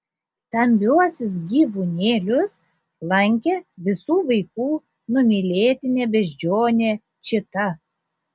stambiuosius gyvūnėlius lankė visų vaikų numylėtinė beždžionė čita